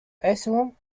asylum